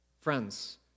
Friends